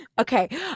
Okay